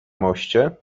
moście